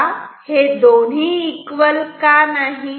तेव्हा हे दोन्ही इक्वल का नाही